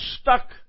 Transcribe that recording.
stuck